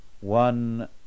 One